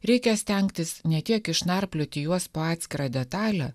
reikia stengtis ne tiek išnarplioti juos po atskirą detalę